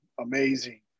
amazing